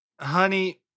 Honey